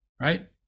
right